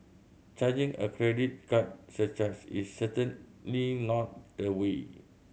charging a credit card surcharge is certainly not the way